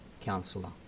Counselor